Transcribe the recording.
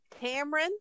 Cameron